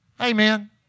Amen